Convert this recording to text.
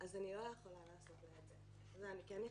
אז אני לא יכולה לעשות להם את זה ואני כן מכבדת.